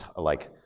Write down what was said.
ah like,